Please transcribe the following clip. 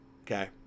okay